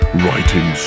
writing